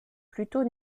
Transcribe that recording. plutôt